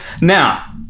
Now